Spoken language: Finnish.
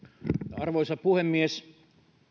arvoisa puhemies